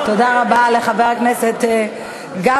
תודה רבה לחבר הכנסת גפני.